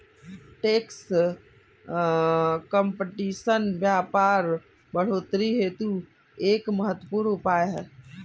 tax competition व्यापार बढ़ोतरी हेतु एक महत्वपूर्ण उपाय है